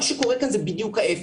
מה שקורה כאן זה בדיוק ההפך.